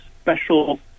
special